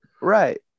Right